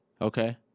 okay